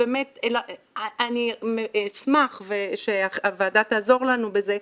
אני אשמח שהוועדה תעזור לנו בזה,